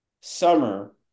summer